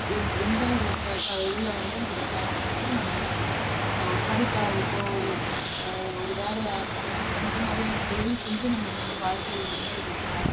எந் எந்த இதில் வந்து நம்ம பயன்படுத்தி நம்ப வந்து ஒரு படிப்பாகட்டும் ஒரு வேலையாகட்டும் இந்தமாதிரியான தொழில் செஞ்சு நம்ம வந்து வாழ்க்கையில் முன்னேறி இருக்கோம்